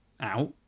out